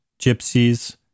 gypsies